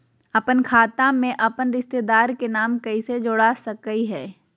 अपन खाता में अपन रिश्तेदार के नाम कैसे जोड़ा सकिए हई?